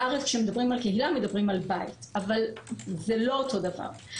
בארץ כשמדברים על קהילה מדברים על בית אבל זה לא אותו דבר.